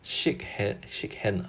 shake hand shake hand